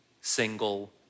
single